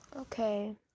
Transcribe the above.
Okay